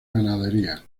ganadería